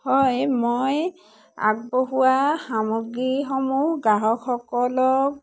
হয় মই আগবঢ়োৱা সামগ্ৰীসমূহ গ্ৰাহকসকলক